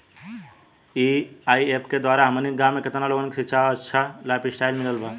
AIF के द्वारा हमनी के गांव में केतना लोगन के शिक्षा और अच्छा लाइफस्टाइल मिलल बा